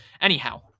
Anyhow